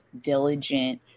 diligent